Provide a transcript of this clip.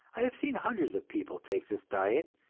i have seen hundreds of people take this diet,